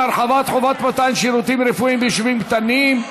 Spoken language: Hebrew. הרחבת חובת מתן שירותים רפואיים ביישובים קטנים),